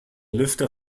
lüfter